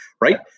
Right